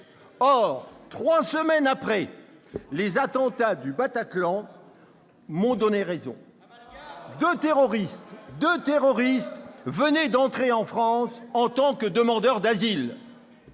Or, trois semaines après, les attentats du Bataclan m'ont donné raison. Amalgame ! Deux terroristes venaient d'entrer en France en tant que demandeurs d'asile.